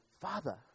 Father